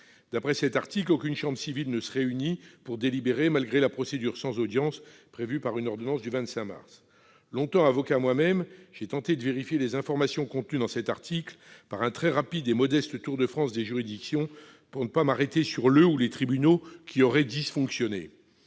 D'après cet article, aucune chambre civile ne se réunit pour délibérer, malgré la procédure sans audience prévue par une ordonnance du 25 mars. Ayant longtemps été avocat moi-même, j'ai tenté de vérifier les informations contenues dans cet article en effectuant un très rapide et modeste tour de France des juridictions, afin de ne pas m'arrêter sur le ou les tribunaux qui auraient dysfonctionné.